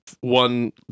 one